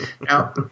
Now